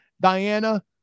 Diana